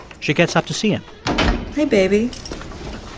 she gets up to see him hey, baby.